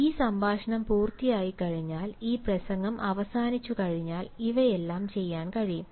ഈ സംഭാഷണം പൂർത്തിയായിക്കഴിഞ്ഞാൽ ഈ പ്രസംഗം അവസാനിച്ചുകഴിഞ്ഞാൽ ഇവയെല്ലാം ചെയ്യാൻ കഴിയും